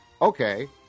okay